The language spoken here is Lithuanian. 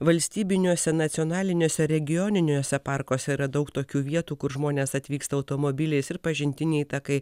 valstybiniuose nacionaliniuose regioniniuose parkuose yra daug tokių vietų kur žmonės atvyksta automobiliais ir pažintiniai takai